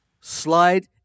Slide